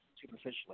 superficially